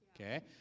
Okay